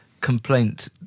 complaint